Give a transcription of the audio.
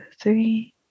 three